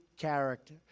character